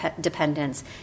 dependence